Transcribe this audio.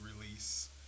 release